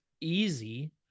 easy